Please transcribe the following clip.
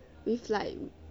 with like